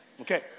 Okay